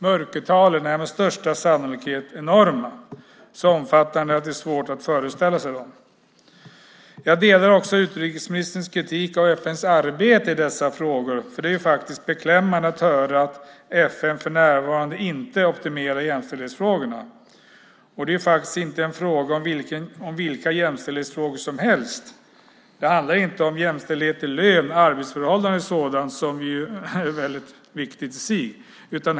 Mörkertalen är med största sannolikhet enorma - så omfattande att det är svårt att föreställa sig dem. Jag delar också utrikesministerns kritik av FN:s arbete i dessa frågor. Det är beklämmande att höra att FN för närvarande inte optimerar jämställdhetsfrågorna. Det är ju faktiskt inte fråga om vilka jämställdhetsfrågor som helst. Det handlar inte om jämställdhet i lön, arbetsförhållanden och sådant som ju är viktigt i sig.